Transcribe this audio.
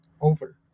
over